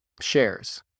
shares